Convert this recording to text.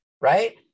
right